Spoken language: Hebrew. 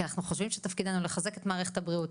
כי אנחנו חושבים שתפקידנו הוא לחזק את מערכת הבריאות,